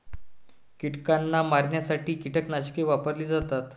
कीटकांना मारण्यासाठी कीटकनाशके वापरली जातात